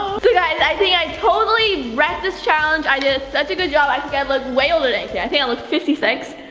guys, i think i totally wrecked this challenge, i did such a good job, i think i look way older than eighteen, yeah i think i look fifty six.